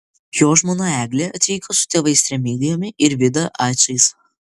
jo žmona eglė atvyko su tėvais remigijumi ir vida ačais